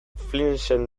flinsen